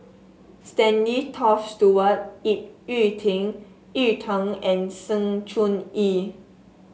Stanley Toft Stewart Ip Yiu Yiu Tung and Sng Choon Yee